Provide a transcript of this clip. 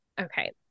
okay